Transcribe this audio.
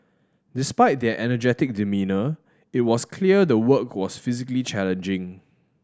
despite their energetic demeanour it was clear the work was physically challenging